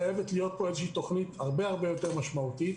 חייבת להיות פה תוכנית הרבה הרבה יותר משמעותית.